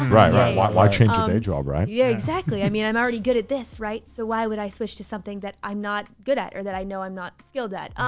right, right, why why change your danger alright? yeah, exactly, i mean, i'm already good at this, right. so why would i switch to something that i'm not good at or that i know i'm not skilled at.